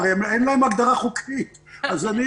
הרי אין להם הגדרה חוקית אז אני